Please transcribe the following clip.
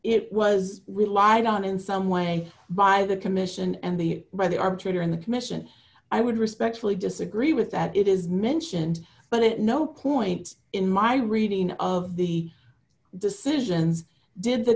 it was relied on in some way by the commission and the by the arbitrator in the commission i would respectfully disagree with that it is mentioned but it no point in my reading of the decisions did the